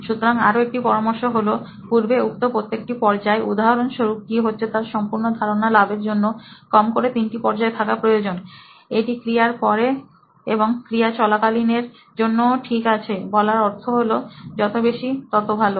সুতরাং আরো একটি পরামর্শ হলো পূর্বে উক্ত প্রত্যেক পর্যায় উদাহরণ স্বরূপ কি হচ্ছে তার সম্পূর্ণ ধারণা লাভের জন্য কম করে তিনটি পর্যায় থাকা প্রয়োজন এটি ক্রিয়ার পরে এবং ক্রিয়া চলাকালীন এর জন্যও ঠিক আছে বলার অর্থ হলো যত বেশি তত ভালো